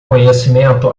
conhecimento